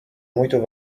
muidu